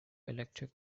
electric